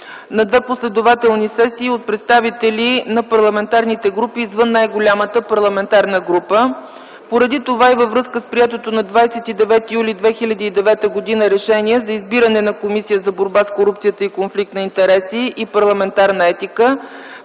на две последователни сесии от представители на парламентарните групи извън най-голямата парламентарна група. Поради това и във връзка с приетото на 29 юли 2009 г. Решение за избиране на Комисията за борба с корупцията и конфликт на интереси и парламентарна етика